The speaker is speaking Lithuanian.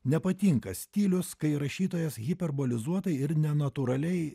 nepatinka stilius kai rašytojas hiperbolizuotai ir nenatūraliai